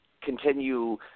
continue